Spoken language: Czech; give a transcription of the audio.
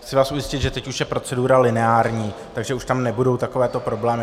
Chci vás ujistit, že teď už je procedura lineární, takže už tam nebudou takovéto problémy.